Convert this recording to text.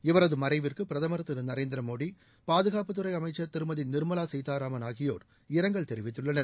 இவரது மறைவிற்கு பிரதமர் திரு நரேந்திர மோடி பாதுகாப்புத்துறை அமைச்சர் திருமதி நிர்மலா சீதாராமன் ஆகியோர் இரங்கல் தெரிவித்துள்ளனர்